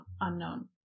unknown